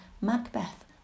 Macbeth